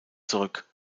zurück